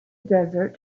desert